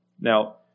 Now